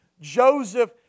Joseph